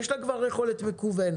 יש לה כבר יכולת מקוונת,